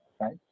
right